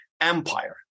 empire